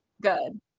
Good